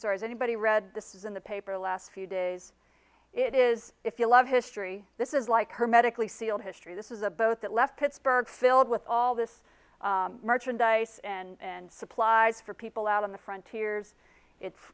stories anybody read this in the paper last few days it is if you love history this is like hermetically sealed history this is a boat that left pittsburgh filled with all this merchandise and supplies for people out on the frontiers